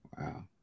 Wow